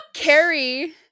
Carrie